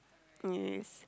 yes